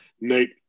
Nate